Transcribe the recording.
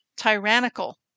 tyrannical